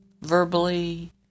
verbally